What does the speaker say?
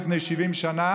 לפני 70 שנה,